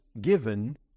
given